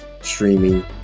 streaming